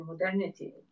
modernity